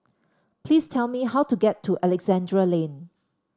please tell me how to get to Alexandra Lane